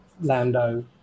Lando